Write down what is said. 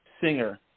singer